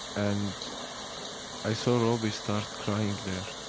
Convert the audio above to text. and i saw robi start crying there,